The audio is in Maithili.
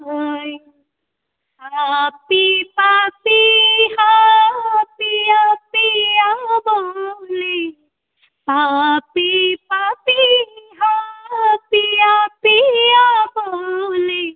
आये पापी पपीहा पिया पिया बोले पापी पपीहा पिया पिया बोले